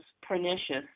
pernicious